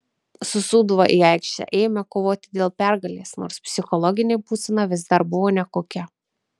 su sūduva į aikštę ėjome kovoti dėl pergalės nors psichologinė būsena vis dar buvo nekokia